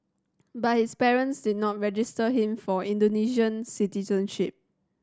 but his parents did not register him for Indonesian citizenship